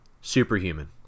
superhuman